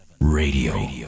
Radio